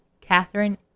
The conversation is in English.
Catherine